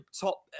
top